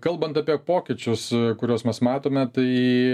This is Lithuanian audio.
kalbant apie pokyčius kuriuos mes matome tai